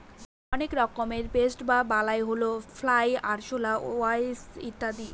অনেক রকমের পেস্ট বা বালাই হল ফ্লাই, আরশলা, ওয়াস্প ইত্যাদি